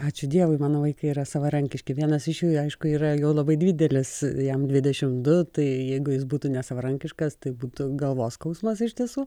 ačiū dievui mano vaikai yra savarankiški vienas iš jų aišku yra jau labai didelis jam dvidešimt du tai jeigu jis būtų nesavarankiškas tai būtų galvos skausmas iš tiesų